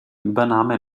übernahme